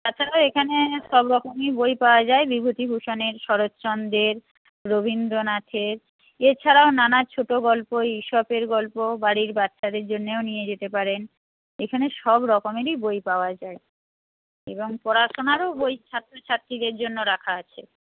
তাছাড়াও এখানে সব রকমই বই পাওয়া যায় বিভূতিভূষণের শরৎচন্দ্রের রবীন্দ্রনাথের এছাড়াও নানা ছোটো গল্প ঈশপের গল্প বাড়ির বাচ্চাদের জন্যেও নিয়ে যেতে পারেন এখানে সব রকমেরই বই পাওয়া যায় এবং পড়াশোনারও বই ছাত্রছাত্রীদের জন্য রাখা আছে